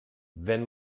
wenn